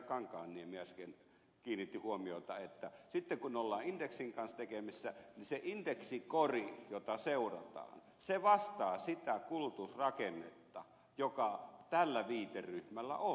kankaanniemi äsken kiinnitti huomiota että sitten kun ollaan indeksin kanssa tekemisissä niin se indeksikori jota seurataan vastaa sitä kulutusrakennetta joka tällä viiteryhmällä on